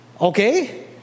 okay